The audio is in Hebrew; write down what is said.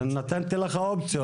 נתתי לך אופציות.